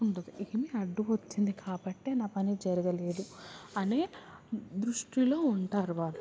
ఉండదు ఈమె అడ్డు వచ్చింది కాబ్బటే నా పని జరగలేదు అనే దృష్టిలో ఉంటారు వారు